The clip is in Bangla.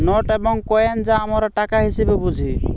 নোট এবং কইন যা আমরা টাকা হিসেবে বুঝি